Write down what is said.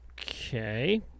okay